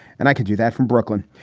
and i could do that from brooklyn.